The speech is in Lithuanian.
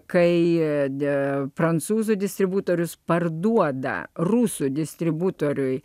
kai ede prancūzų distributorius parduoda rusų distributoriui